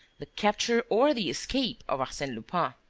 the capture or the escape of arsene lupin.